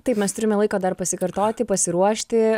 taip mes turime laiko dar pasikartoti pasiruošti